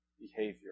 behavior